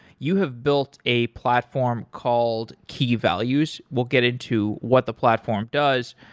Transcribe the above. you have built a platform called key values. we'll get into what the platform does.